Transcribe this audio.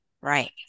right